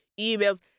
emails